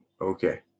Okay